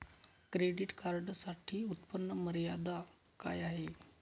Credit कार्डसाठी उत्त्पन्न मर्यादा काय आहे?